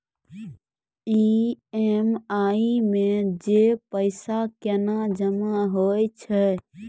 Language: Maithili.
ई.एम.आई मे जे पैसा केना जमा होय छै?